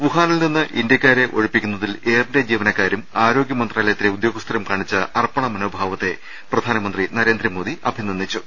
വുഹാനിൽ നിന്ന് ഇന്ത്യക്കാരെ ഒഴിപ്പിക്കുന്നതിൽ എയർ ഇന്ത്യ ജീവനക്കാരും ആരോഗ്യ മന്ത്രാലയത്തിലെ ഉദ്യോഗസ്ഥരും കാണിച്ച അർപ്പണ മനോഭാവത്തെ പ്രധാനമന്ത്രി നരേന്ദ്രമോദി അഭി നന്ദിച്ചു